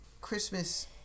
Christmas